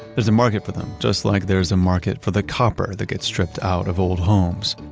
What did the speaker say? there's a market for them, just like there's a market for the copper that gets stripped out of old homes.